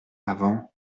avant